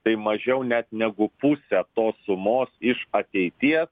tai mažiau net negu pusę tos sumos iš ateities